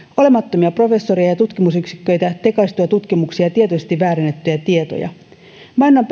olemattomia professoreja ja tutkimusyksiköitä tekaistuja tutkimuksia ja tietoisesti väärennettyjä tietoja mainonnan perusteena on